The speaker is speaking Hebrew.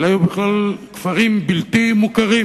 אלה היו בכלל כפרים בלתי מוכרים.